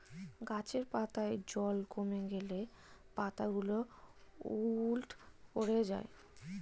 গাছের পাতায় জল কমে গেলে পাতাগুলো উইল্ট করে যায়